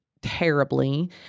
terribly